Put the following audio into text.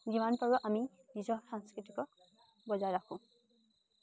যিমান পাৰোঁ আমি নিজৰ সংস্কৃতিক বজাই ৰাখোঁ